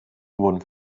wurden